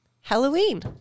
halloween